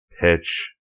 pitch